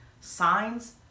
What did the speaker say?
Signs